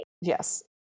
Yes